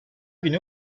günü